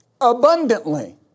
abundantly